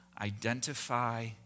identify